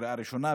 בקריאה ראשונה,